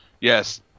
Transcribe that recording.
yes